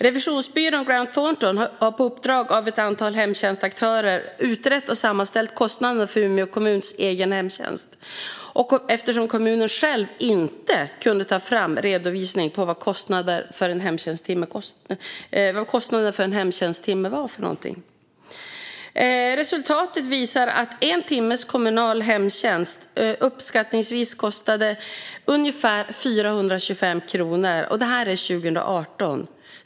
Revisionsbyrån Grant Thornton har på uppdrag av ett antal hemtjänstaktörer utrett och sammanställt kostnaderna för Umeå kommuns egen hemtjänst, eftersom kommunen själv inte kunde ta fram redovisning för vad kostnaden för en hemtjänsttimme var. Resultatet visade att en timmes kommunal hemtjänst uppskattningsvis kostade ungefär 425 kronor. Detta var 2018.